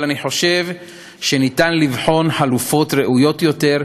אבל אני חושב שאפשר לבחון חלופות ראויות יותר,